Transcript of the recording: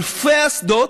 אלפי אסדות,